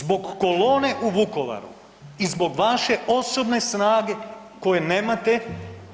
Zbog kolone u Vukovaru i zbog vaše osobne snage koje nemate